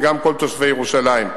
וגם כל תושבי ירושלים.